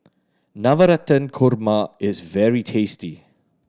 Navratan Korma is very tasty